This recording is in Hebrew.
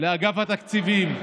לאגף התקציבים,